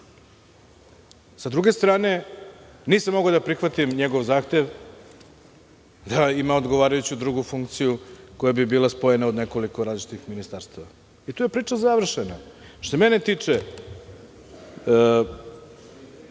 druge strane, nisam mogao da prihvatim njegov zahtev da ima odgovarajuću drugu funkciju koja bi bila spojena od nekoliko različitih ministarstava i tu je priča završena. Što se mene tiče,